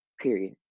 Period